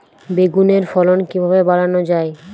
বেগুনের ফলন কিভাবে বাড়ানো যায়?